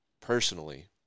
personally